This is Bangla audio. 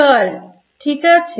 Curl ঠিক আছে